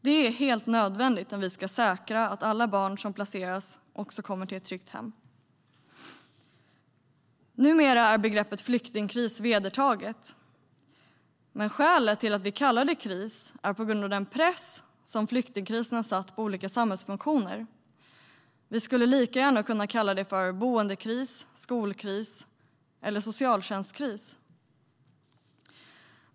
Det är helt nödvändigt om vi ska vara säkra på att alla barn som placeras kommer till ett tryggt hem. Numera är begreppet flyktingkris vedertaget. Skälet att vi kallar det kris är den press som flyktingkrisen satt på olika samhällsfunktioner. Vi skulle lika gärna kunna kalla det för boendekris, skolkris eller socialtjänstkris.